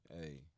Hey